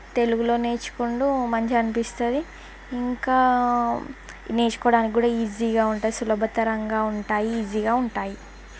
తెలుగులో నేర్చుకోవడం మంచిగా అనిపిస్తుంది ఇంకా నేర్చుకోడానికి కూడా ఈజీగా ఉంటుంది సులభతరంగా ఉంటాయి ఈజీగా ఉంటాయి